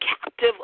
captive